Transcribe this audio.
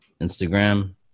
Instagram